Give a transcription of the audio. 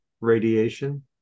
radiation